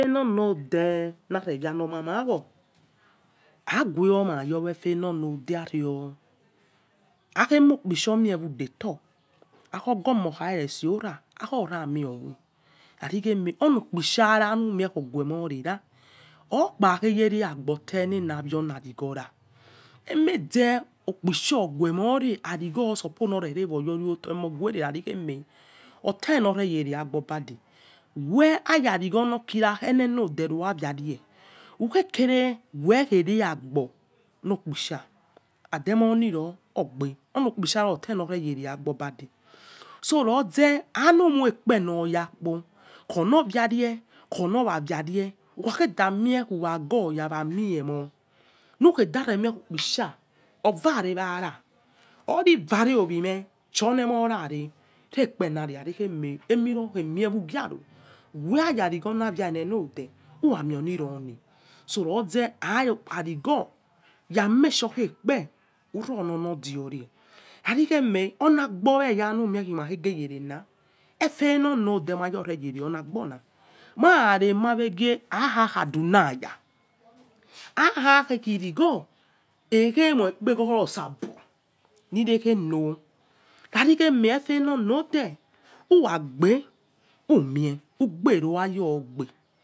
Efenonode nanerianómaroo aguoma efenondelaria ario exhemokpisa o mie wudeto akhoghomo okharere seorak oramio marikhe meh onokpisa ra numikhoguemore ra okpakereregbotenengwiano enirighora emeze okpise, oguemore arigho supose novenoweyorotoemono suere rarieme otenoreyere we gbo bade weeh ayarishonokirakhe enenode naviare ukhere we kheria gibo mopisha and emoniro ogbe onopish ans otenoreyere agbobade so roze any moikre nonakpo lkhonoviare khonoravire ukhake danie wenaghoys wanie muor nuk hedaremie okpisa ovame wara orikane owime chionemora ne repp enari raviri eme emirokhemie who grono wehinayangho navia enenode uramionirone so roze navigho ramake sure say ekupe wronono diove raririeme onagibonginumiekhe makhgegevens efenonode mayore yere wonagbong mananawagie akkikha dineya akaki righor erhemoirego ro osabo nirekheno nandkheme efenoriode uwagbe umier ugbe nayo gbe nene mie.